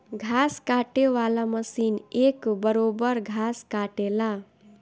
घास काटे वाला मशीन एक बरोब्बर घास काटेला